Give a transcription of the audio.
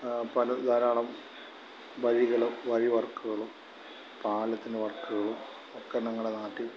പല ധാരാളം വഴികളും വഴിവർക്കുകളും പാലത്തിൻ്റെ വർക്കുകളും ഒക്കെ ഞങ്ങളുടെ നാട്ടിൽ